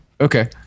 okay